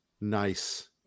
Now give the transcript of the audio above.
nice